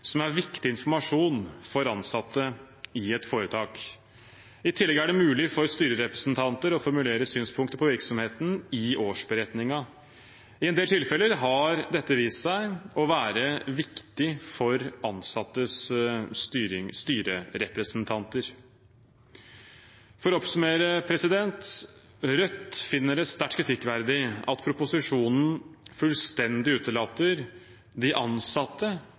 som er viktig informasjon for ansatte i et foretak. I tillegg er det mulig for styrerepresentanter å formulere synspunkter på virksomheten i årsberetningen. I en del tilfeller har dette vist seg å være viktig for ansattes styrerepresentanter. For å oppsummere: Rødt finner det sterkt kritikkverdig at proposisjonen fullstendig utelater de